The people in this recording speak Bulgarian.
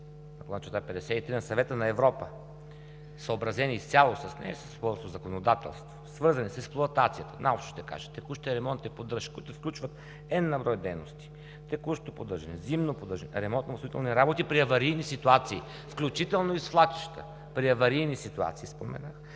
Директива № 96/53 на Съвета на Европа, съобразени изцяло с нея, със своето законодателство, свързани с експлоатацията, най-общо ще кажа – текущи ремонти и поддръжка, които включват „n“ на брой дейности – текущо поддържане; зимно поддържане; ремонт на възстановителни работи при аварийни ситуации, включително и свлачища – при аварийни ситуации, споменах;